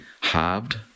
halved